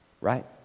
right